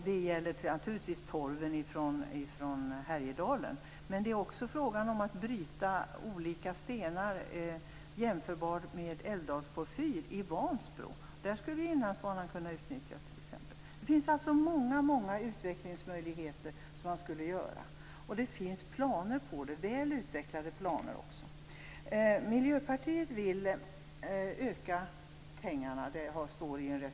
Det gäller torven i Härjedalen, men det är också fråga om att bryta olika stenar, jämförbart med älvdalsporfyr, i Vansbro. I det sammanhanget skulle Inlandsbanan kunna utnyttjas. Det finns många utvecklingsmöjligheter, och det finns också väl utvecklade planer. Miljöpartiet vill utöka beloppen till 63 miljoner.